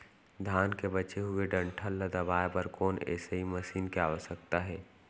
धान के बचे हुए डंठल ल दबाये बर कोन एसई मशीन के आवश्यकता हे?